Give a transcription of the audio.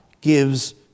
gives